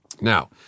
Now